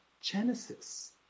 Genesis